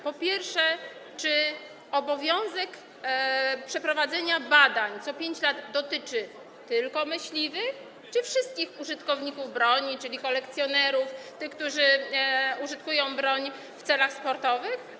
Po pierwsze, czy obowiązek przeprowadzania badań co 5 lat dotyczy tylko myśliwych, czy wszystkich użytkowników broni, czyli kolekcjonerów, tych, którzy użytkują broń w celach sportowych?